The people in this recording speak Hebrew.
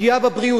הפגיעה בבריאות,